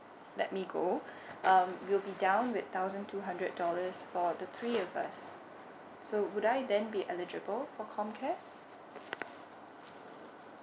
let me go um we'll be down with thousand two hundred dollars for the three of us so would I then be eligible for comcare